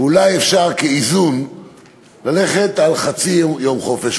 אולי אפשר כאיזון ללכת על חצי יום חופש.